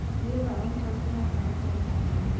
we have our own personal counseling session.